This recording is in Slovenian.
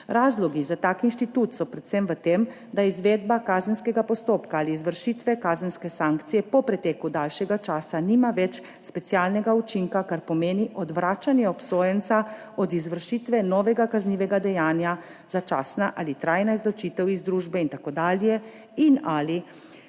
Razlogi za tak institut so predvsem v tem, da izvedba kazenskega postopka ali izvršitve kazenske sankcije po preteku daljšega časa nima več specialnega učinka, kar pomeni odvračanje obsojenca od izvršitve novega kaznivega dejanja, začasna ali trajna izločitev iz družbe in tako dalje, in